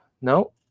no